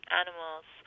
animals